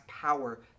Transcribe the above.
power